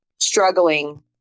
struggling